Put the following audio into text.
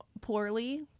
poorly